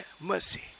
mercy